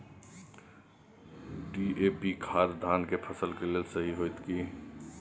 DAP खाद धान के फसल के लेल सही होतय की?